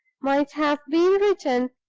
might have been written,